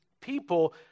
people